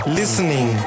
listening